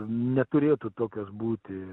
neturėtų tokios būti